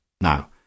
Now